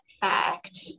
fact